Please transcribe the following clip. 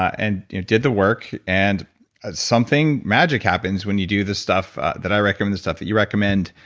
and did the work, and something magic happens when you do the stuff that i recommend, the stuff that you recommend.